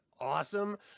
awesome